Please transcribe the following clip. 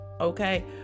Okay